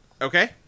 Okay